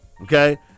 okay